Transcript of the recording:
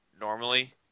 normally